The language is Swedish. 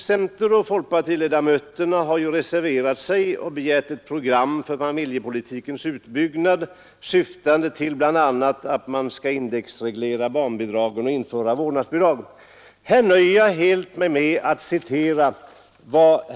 Centeroch folkpartiledamöterna har ju reserverat sig och begärt ett program för familjepolitikens utbyggnad, syftande till bl.a. en indexreglering av barnbidragen och ett införande av vårdnadsbidrag.